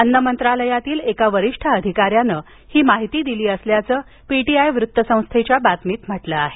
अन्न मंत्रालयातील एका वरिष्ठ अधिकाऱ्यानं ही माहिती दिली असल्याचं पीटीआय वृत्तसंस्थेच्या बातमीत म्हटलं आहे